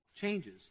changes